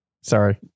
Sorry